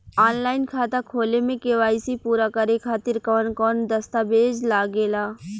Online खाता खोले में के.वाइ.सी पूरा करे खातिर कवन कवन दस्तावेज लागे ला?